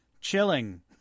chilling